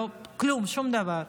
כלום, שום דבר.